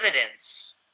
evidence